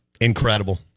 Incredible